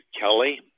Kelly